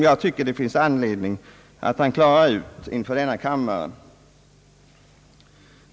Jag tycker att det finns anledning att han klarar ut detta inför denna kammare.